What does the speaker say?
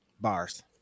bars